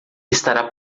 estará